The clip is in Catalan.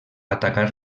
atacar